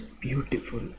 beautiful